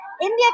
India